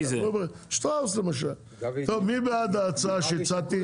טוב, מי בעד ההצעה שהצעתי?